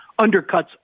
undercuts